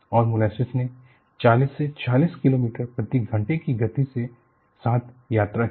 और मोलेसेस ने 40 से 56 किलोमीटर प्रति घंटे की गति के साथ यात्रा की